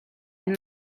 and